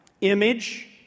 image